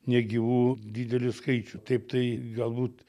negyvų didelį skaičių taip tai galbūt